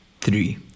three